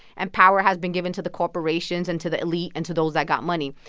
and power has been given to the corporations and to the elite and to those that got money.